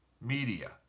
media